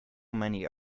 many